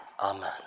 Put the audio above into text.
Amen